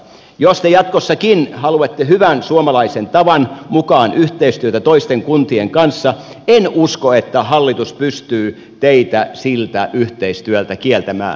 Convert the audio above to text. jos te jatkossakin haluatte hyvän suomalaisen tavan mukaan yhteistyötä toisten kuntien kanssa en usko että hallitus pystyy teiltä sitä yhteistyötä kieltämään